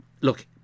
look